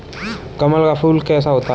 कमल का फूल कैसा होता है?